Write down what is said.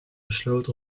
besloot